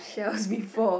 shells before